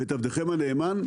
ואת עבדכם הנאמן,